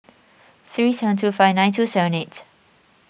three seven two five nine two seven eight